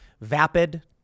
vapid